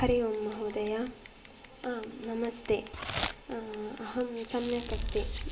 हरि ओम् महोदय आम् नमस्ते अहं सम्यक् अस्मि